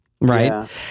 right